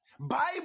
Bible